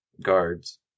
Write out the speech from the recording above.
guards